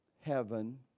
heaven